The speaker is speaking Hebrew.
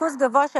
ריכוז גבוה של